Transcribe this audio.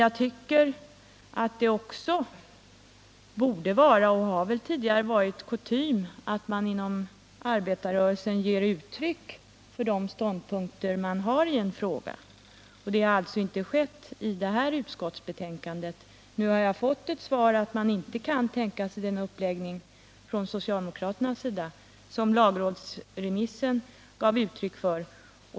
Jag tycker också att det borde vara kutym, och tidigare har det väl också varit det, att man inom arbetarrörelsen ger uttryck för de ståndpunkter man har i en fråga. Det har alltå inte skett i det här utskottsbetänkandet. Nu har jag fått svaret att man från socialdemokraternas sida inte kan tänka sig den uppläggning som lagrådsremissen gav uttryck för.